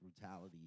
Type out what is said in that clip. brutality